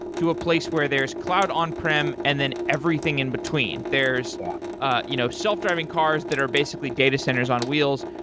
to a place where there's cloud on-prem and then everything in between. there's ah you know self-driving cars that are basically datacenters on wheels.